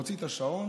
הוא מוציא את השעון,